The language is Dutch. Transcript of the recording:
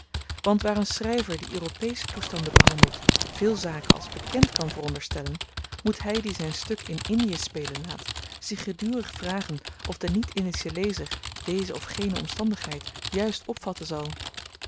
want waar een schryver die europesche toestanden behandelt veel zaken als bekend kan veronderstellen moet hy die zyn stuk in indie spelen laat zich gedurig vragen of de niet indische lezer deze of gene omstandigheid juist opvatten zal